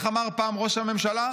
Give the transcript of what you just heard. "איך אמר פעם ראש הממשלה?